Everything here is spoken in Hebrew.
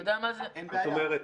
שנבעה,